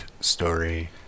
story